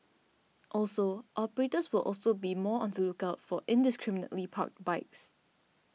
also operators will also be more on the lookout for indiscriminately parked bikes